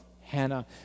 Hannah